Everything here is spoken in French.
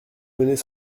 venez